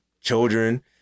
children